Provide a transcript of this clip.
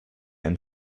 ein